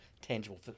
tangible